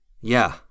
Yeah